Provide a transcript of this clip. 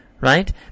Right